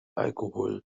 alkohol